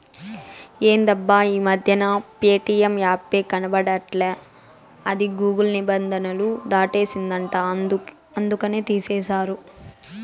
ఎందబ్బా ఈ మధ్యన ప్యేటియం యాపే కనబడట్లా అది గూగుల్ నిబంధనలు దాటేసిందంట అందుకనే తీసేశారు